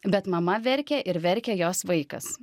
bet mama verkė ir verkia jos vaikas